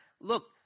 look